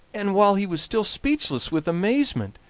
and, while he was still speechless with amazement,